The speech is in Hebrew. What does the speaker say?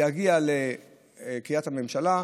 יגיע לקריית הממשלה,